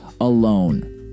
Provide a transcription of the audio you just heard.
alone